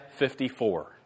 54